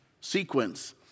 sequence